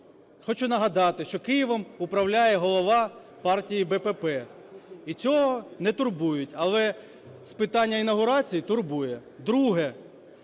Хочу нагадати, що Києвом управляє голова партії БПП, і цього не турбують, але з питання інавгурації турбує. Друге.